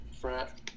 frat